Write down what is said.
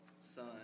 son